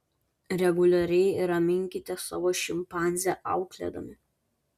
reguliariai raminkite savo šimpanzę auklėdami